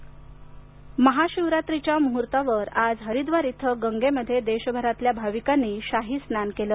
महाशिवरात्र् महाशिवरात्रीच्या मुहूर्तावर आज हरिद्वार इथं गंगेमध्ये देशभरातल्या भाविकांनी शाही स्नान केलं